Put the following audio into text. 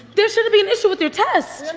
there shouldn't be an issue with your test.